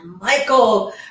Michael